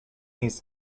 his